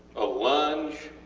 a lunge,